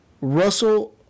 Russell